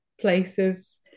places